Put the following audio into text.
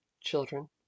children